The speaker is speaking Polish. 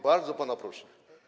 Bardzo pana proszę.